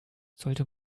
sollte